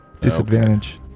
Disadvantage